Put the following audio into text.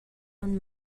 aunc